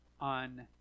on